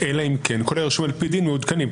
אלא אם כן כל היורשים על-פי דין מעודכנים.